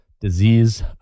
disease